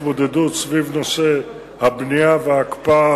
3. האם לאור האמור צפויה התגברות הבנייה בהתנחלויות